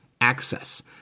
access